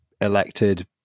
elected